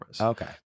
Okay